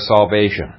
salvation